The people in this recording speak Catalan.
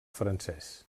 francès